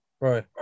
Right